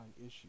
issue